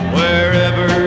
wherever